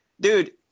dude